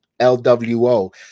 LWO